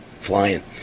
Flying